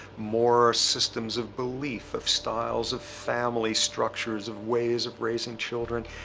more systems of belief, of styles, of family structures, of ways of raising children.